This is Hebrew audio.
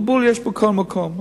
בלבול יש בכל מקום.